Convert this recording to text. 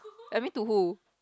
I mean to who